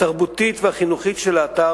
התרבותית והחינוכית של האתר,